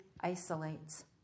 isolates